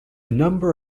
number